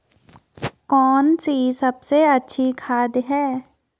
कौन सी सबसे अच्छी खाद है?